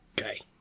Okay